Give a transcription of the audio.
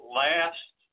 last